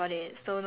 ya